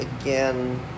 again